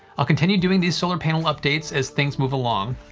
i'll continue doing these solar panel updates as things move along.